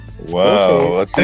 Wow